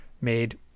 made